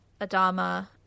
adama